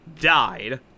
died